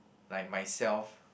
like myself